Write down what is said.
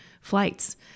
flights